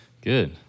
Good